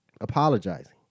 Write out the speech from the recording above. apologizing